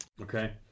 Okay